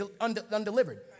undelivered